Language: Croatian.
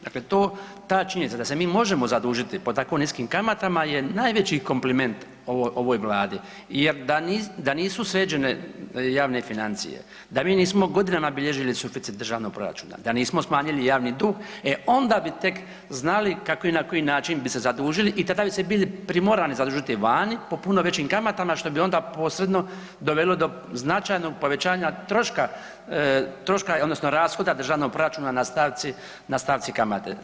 Dakle, to, ta činjenica da se mi možemo zadužiti po tako niskim kamatama je najveći kompliment ovoj vladi jer da nisu sređene javne financije, da mi nismo godinama bilježili suficit državnog proračuna, da nismo smanjili javni dug, e onda bi tek znali kako i na koji način bi se zadužili i tada bi se bili primorani zadužiti vani po puno većim kamatama, što bi onda posredno dovelo do značajnog povećanja troška, troška odnosno rashoda državnog proračuna na stavci, na stavci kamate.